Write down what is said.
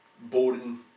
boring